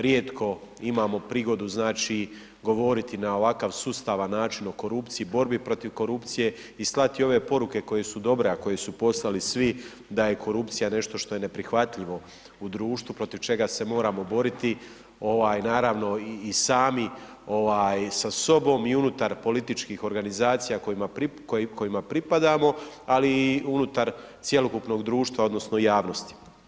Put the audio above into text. Rijetko imamo prigodu znači govoriti na ovakav sustavan način o korupciji, borbi protiv korupcije i slati ove poruke koje su dobre, a koje su poslali svi da je korupcija nešto što je neprihvatljivo u društvu, protiv čega se moramo boriti ovaj naravno i sami ovaj sa sobom i unutar političkih organizacija kojima pripadamo, ali i unutar cjelokupnog društva odnosno javnosti.